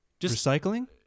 recycling